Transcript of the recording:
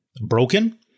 broken